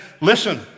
Listen